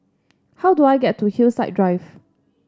how do I get to Hillside Drive